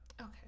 Okay